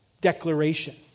declaration